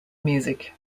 music